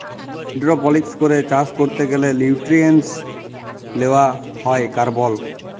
hydroponics করে চাষ ক্যরতে গ্যালে লিউট্রিয়েন্টস লেওয়া হ্যয় কার্বল